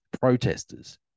protesters